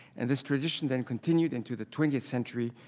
and this tradition then continued into the twentieth century,